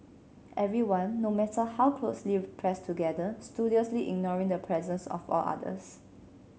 everyone no matter how closely pressed together studiously ignoring the presence of all others